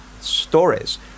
stories